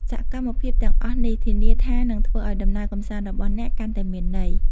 សកម្មភាពទាំងអស់នេះធានាថានឹងធ្វើឲ្យដំណើរកម្សាន្តរបស់អ្នកកាន់តែមានន័យ។